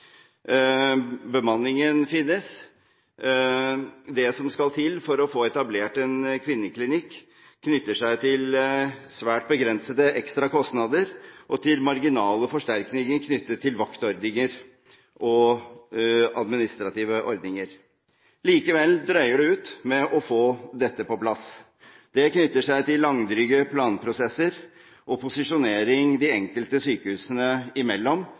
Bemanningen finnes. Det som skal til for å få etablert en kvinneklinikk, er svært begrensede ekstra kostnader og marginale forsterkninger knyttet til vaktordninger og administrative ordninger. Likevel drøyer det ut å få dette på plass. Det knytter seg til langdryge planprosesser og posisjonering de enkelte sykehusene imellom